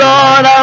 Lord